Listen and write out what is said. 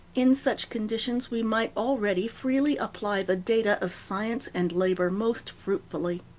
in such conditions we might already freely apply the data of science and labor most fruitfully.